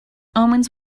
omens